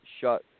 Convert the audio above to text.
shut